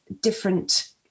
different